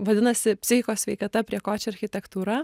vadinasi psichikos sveikata prie ko čia architektūra